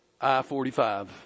I-45